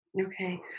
Okay